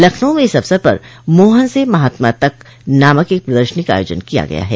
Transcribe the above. लखनऊ में इस अवसर पर मोहन से महात्मा तक नामक एक प्रदर्शनी का आयोजन किया गया है